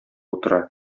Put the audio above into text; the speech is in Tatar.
утыра